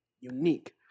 unique